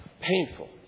Painful